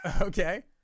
Okay